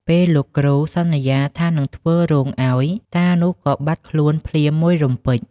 ពេលលោកគ្រូសន្យាថានឹងធ្វើរោងឲ្យ តានោះក៏បាត់ខ្លួនភ្លាមមួយរំពេច ។